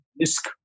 risk